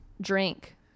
drink